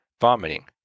vomiting